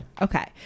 okay